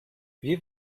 wie